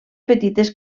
petites